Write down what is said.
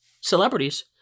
celebrities